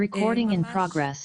ממש